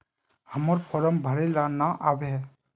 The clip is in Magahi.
हम्मर फारम भरे ला न आबेहय?